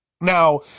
Now